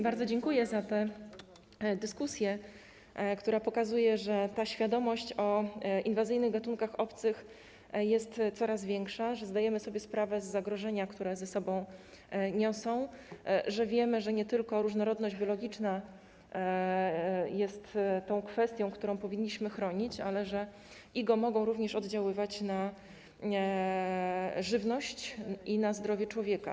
Bardzo dziękuję za tę dyskusję, która pokazuje, że świadomość na temat inwazyjnych gatunków obcych jest coraz większa, że zdajemy sobie sprawę z zagrożenia, jakie ze sobą niosą, że wiemy, że nie tylko różnorodność biologiczna jest tą kwestią, którą powinniśmy chronić, ale też że IGO mogą oddziaływać na żywność i na zdrowie człowieka.